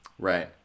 Right